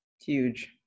Huge